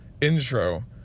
intro